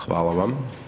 Hvala vam.